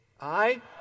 aye